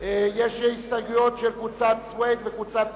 יש הסתייגויות של קבוצת סוייד וקבוצת טיבי.